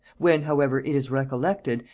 when however it is recollected,